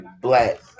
black